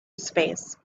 space